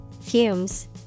Fumes